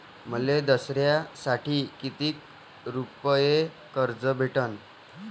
मले दसऱ्यासाठी कितीक रुपये कर्ज भेटन?